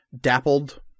dappled